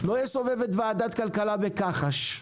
לא יסובב את ועדת כלכלה בכחש.